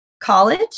college